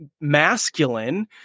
masculine